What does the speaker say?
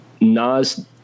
Nas